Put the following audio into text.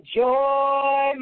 joy